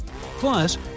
Plus